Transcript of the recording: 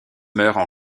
meurent